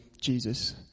Jesus